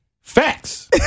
Facts